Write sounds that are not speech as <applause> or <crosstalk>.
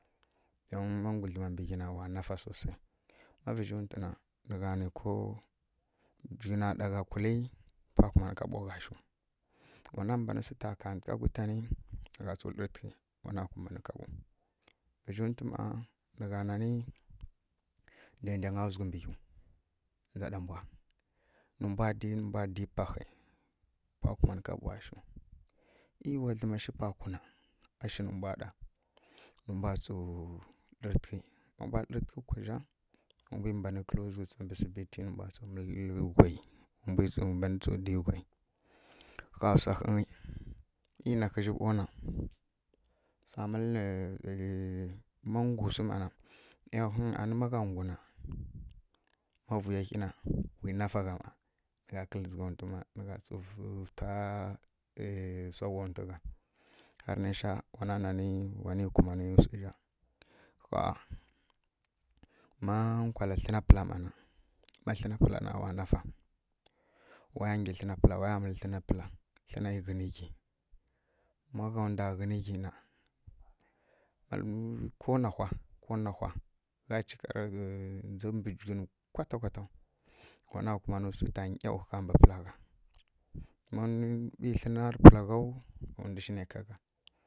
Má nggu dlǝma mbǝ ghyi na wa nafa swu sai, má vǝzhi ntu na nǝgha nǝ ko jighǝna ɗa gha kulǝ pa kumanǝ kaɓo gha shiw, wana mban sǝ ta kantǝgha kutanǝ nǝ gha tsǝw lǝrǝntǝghǝ wana kumanǝ kaɓo vǝzhi ntu mma nǝ gha nanǝ, ndai ndanga zughǝ mbǝ ghyiw ndza ɗa mbwa nǝ mbwa dǝyi nǝ mbwa dǝyi pahǝi pwa kumanǝ kaɓowa shiw mi wa dlǝma shi pa kwi na a mban shi nǝ mbwa ɗa, nǝ mbwa tsǝwu lǝrǝntǝghǝ ma mbwa lǝrǝntǝghǝ kwa zha wu mbwi mban kǝ́lǝ́ zughǝ tsǝw mbǝ asibiti <unintelligible> wu mbwi mban tsǝw dǝyi ghwai ƙha swa ghǝnyi <unintelligible> <unintelligible> má nggu swu mana anǝ ma gha nggu na ma vui hyi wi na fa gha mma nǝ gha kǝ́lǝ́ ndzǝgha ntu mma <unintelligible> <unintelligible> ƙha, ma nkwala thlǝna pǝla mma ma thlǝna pǝla na wa nafa, waya nggyi thlǝna pǝla wa ya mǝlǝ thlǝna pǝla, thlǝna ghǝna ghyi ma gha ndwa ghǝn ghyi ma ko nahwa, <hesitation> ko nahwa, ko nahwa gha cika rǝ ndza mbǝ jighǝnǝ <hesitation> kwata kwataw. Wana kumanǝ swi ta nyaw ƙa mbǝ pǝla gha mi thlǝna mbǝ pǝla ghaw wa ndu shi na ká gha.